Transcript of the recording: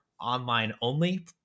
online-only